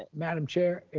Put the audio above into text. and madam chair, if